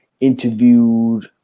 interviewed